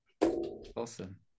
Awesome